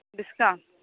ᱦᱩᱸ ᱰᱤᱥᱠᱟᱣᱩᱱᱴ